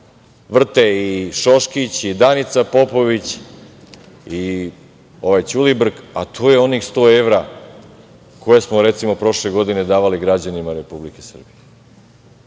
vrte i Šoškić i Danica Popović i Ćulibrk, a to je onih 100 evra koje smo prošle godine davali građanima Republike Srbije.